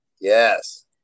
Yes